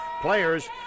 players